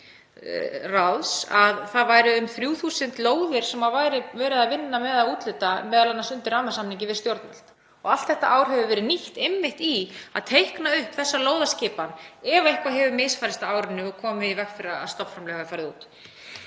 að það væru um 3.000 lóðir sem væri verið að vinna með að úthluta, m.a. undir rammasamningi við stjórnvöld. Og allt þetta ár hefur verið nýtt í að teikna upp þessa lóðaskipan ef eitthvað hefur misfarist á árinu og komið í veg fyrir að stofnframlög hafi farið út.